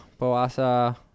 Boasa